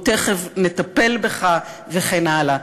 או "תכף נטפל בך" וכן הלאה.